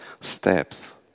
steps